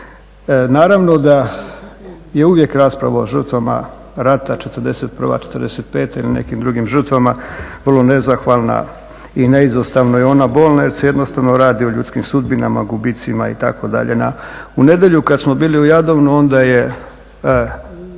Naravno da je uvijek rasprava o žrtvama rata '41., '45. ili nekim drugim žrtvama vrlo nezahvalna i neizostavno je ona bolna jer se jednostavno radi o ljudskim sudbinama, gubitcima itd.. U nedjelju kada smo bili u Jadovnu onda je